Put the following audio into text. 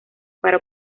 para